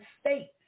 states